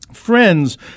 Friends